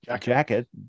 jacket